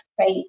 right